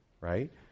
right